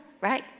Right